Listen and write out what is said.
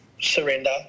surrender